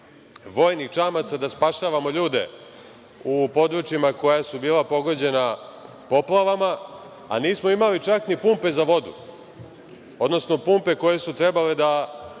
vojnih čamaca da spašavamo ljude u područjima koja su bila pogođena poplavama, a nismo imali čak ni pumpe za vodu, odnosno pumpe koje su trebale da